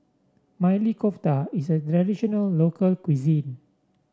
Maili Kofta is a traditional local cuisine